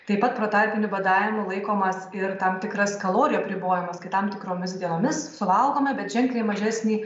taip pat protarpiniu badavimu laikomas ir tam tikras kalorijų apribojimas kai tam tikromis dienomis suvalgome bet ženkliai mažesnį